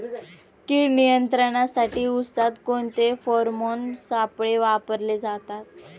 कीड नियंत्रणासाठी उसात कोणते फेरोमोन सापळे वापरले जातात?